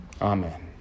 Amen